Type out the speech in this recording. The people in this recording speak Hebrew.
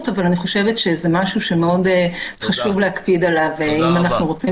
אבל זה דבר שחשוב מאוד להקפיד עליו אם אנחנו רוצים